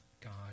God